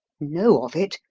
know of it?